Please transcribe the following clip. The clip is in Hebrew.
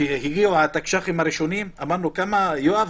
כשהגיעו התקש"חים הראשונים, אמרנו כמה, יואב?